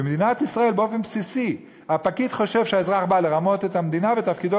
ובמדינת ישראל באופן בסיסי הפקיד חושב שהאזרח בא לרמות את המדינה ותפקידו